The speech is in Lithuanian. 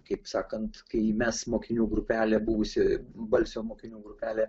kaip sakant kai mes mokinių grupelė buvusi balsio mokinių grupelė